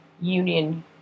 Union